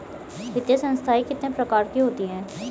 वित्तीय संस्थाएं कितने प्रकार की होती हैं?